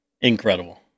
incredible